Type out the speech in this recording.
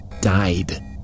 died